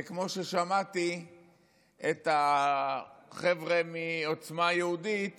זה כמו ששמעתי את החבר'ה מעוצמה יהודית